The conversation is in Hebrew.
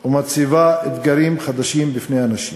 ומציבה אתגרים חדשים בפני אנשים.